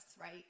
right